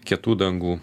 kietų dangų